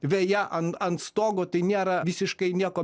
veja ant ant stogo tai nėra visiškai nieko